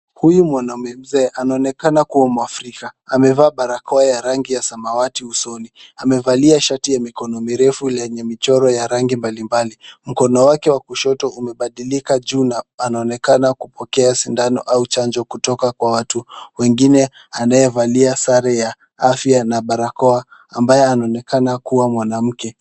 Huyu mwanamme mzee anaonekana kuwa mwafrika. Amevaa barakoa ya rangi ya samawati usoni. Amevalia shati ya mikono mirefu lenye michoro ya rangi mbalimbali. Mkono wake wa kushoto umebadilika juu na anaonekana kupokea sindano au chanjo kutoka kwa watu wengine anayevalia sare ya afya na barakoa ambaye anaonekana kuwa mwanamke.